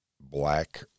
black